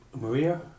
Maria